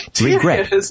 Regret